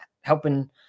helping